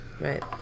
Right